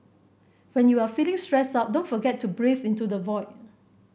when you are feeling stressed out don't forget to breathe into the void